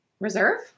Reserve